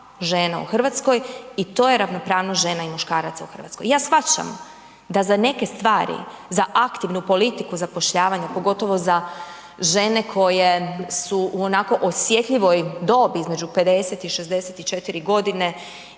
žena u Hrvatskoj. I to je ravnopravnost žena i muškaraca u Hrvatskoj. Ja shvaćam da za neke stvari, za aktivnu politiku zapošljavanja pogotovo za žene koje su onako u osjetljivoj dobi između 50 i 64 godine